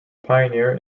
pioneer